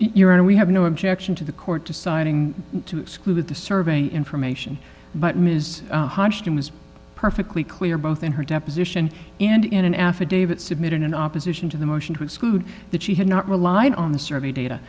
year and we have no objection to the court deciding to exclude the survey information but ms hodgson was perfectly clear both in her deposition and in an affidavit submitted in opposition to the motion to exclude that she had not relied on the survey data